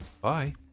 bye